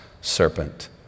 serpent